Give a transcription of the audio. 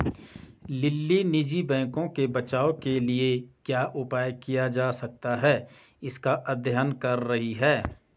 lily निजी बैंकों के बचाव के लिए क्या उपाय किया जा सकता है इसका अध्ययन कर रही है